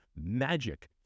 magic